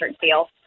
feel